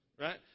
right